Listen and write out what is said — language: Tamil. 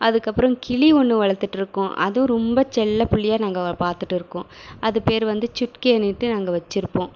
அதுக்கு அப்புறம் கிளி ஒன்று வளர்த்துட்டு இருக்கோம் அதுவும் ரொம்ப செல்ல பிள்ளையா நாங்கள் பார்த்துட்டு இருக்கோம் அது பேர் வந்து சுக்கின்னுட்டு நாங்கள் வச்சுருப்போம்